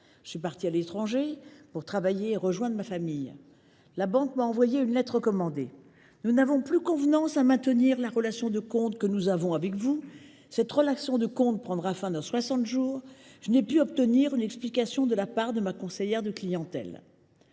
je suis parti à l’étranger pour travailler et rejoindre ma famille, la banque m’a envoyé une lettre recommandée : “Nous n’avons plus convenance à maintenir la relation de compte que nous avons avec vous […]. Cette relation de compte prendra fin dans soixante jours.” Je n’ai pu obtenir une explication de la part de ma conseillère de clientèle. »